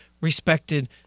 respected –